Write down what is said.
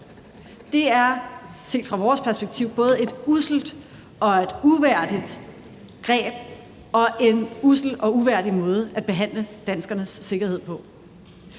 Det er set fra vores perspektiv et både usselt og uværdigt greb og en ussel og uværdig måde at behandle danskernes sikkerhed på.